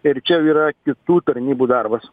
ir čia jau yra kitų tarnybų darbas